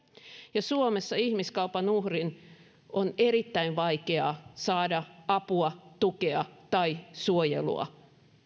ja suomessa ihmiskaupan uhrin on erittäin vaikeaa saada apua tukea tai suojelua